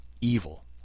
evil